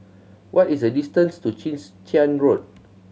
what is the distance to Chwee Chian Road